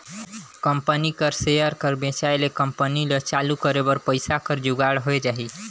company कर share कर बेंचाए ले कंपनी ल चालू करे बर पइसा कर जुगाड़ होए जाही